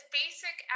basic